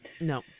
No